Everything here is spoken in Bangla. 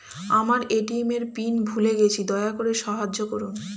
আমার এ.টি.এম এর পিন ভুলে গেছি, দয়া করে সাহায্য করুন